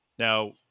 Now